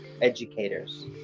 educators